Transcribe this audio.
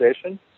station